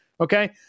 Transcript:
Okay